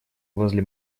возле